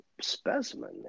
specimen